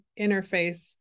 interface